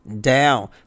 down